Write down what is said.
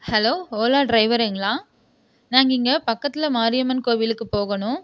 hello Ola டிரைவருங்களா நாங்கள் இங்கே பக்கத்தில் மாரியம்மன் கோவிலுக்கு போகணும்